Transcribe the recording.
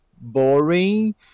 boring